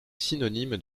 synonyme